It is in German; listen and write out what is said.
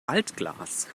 altglas